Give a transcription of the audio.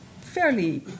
fairly